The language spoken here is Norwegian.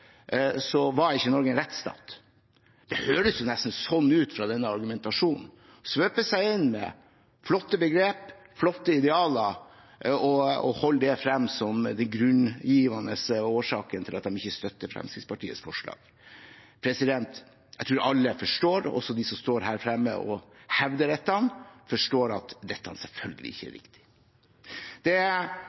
var ikke Norge en rettsstat. Det høres jo nesten sånn ut fra denne argumentasjonen. En svøper seg inn med flotte begreper, flotte idealer, og holder det frem som den grunnleggende årsaken til at de ikke støtter Fremskrittspartiets forslag. Jeg tror alle – også de som står her fremme og hevder dette – forstår at dette selvfølgelig ikke er riktig. Det